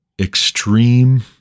extreme